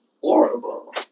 horrible